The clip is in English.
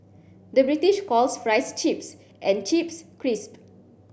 the British calls fries chips and chips crisp